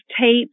tape